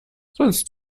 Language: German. sonst